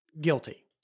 Guilty